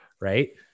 Right